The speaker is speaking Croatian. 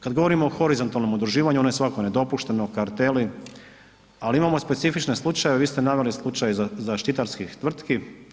Kad govorimo o horizontalnom udruživanju, ono je svakako nedopušteno, karteli ali imamo specifične slučajeve, vi ste naveli slučaj zaštitarskih tvrtki.